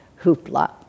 hoopla